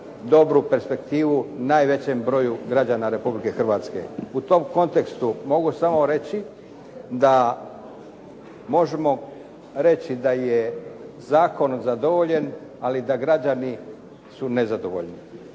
dobru perspektivu najvećem broju građana Republike Hrvatske. U tom kontekstu mogu samo reći da možemo reći da je zakon zadovoljen ali da građani su nezadovoljni.